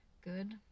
good